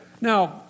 Now